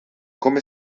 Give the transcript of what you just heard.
come